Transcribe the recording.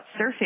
surfing